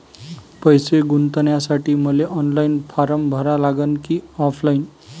पैसे गुंतन्यासाठी मले ऑनलाईन फारम भरा लागन की ऑफलाईन?